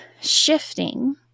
shifting